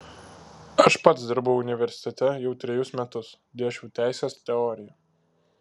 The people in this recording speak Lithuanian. aš pats dirbau universitete jau trejus metus dėsčiau teisės teoriją